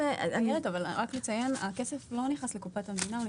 רק לציין שהכסף לא נכנס לקופת המדינה אלא הוא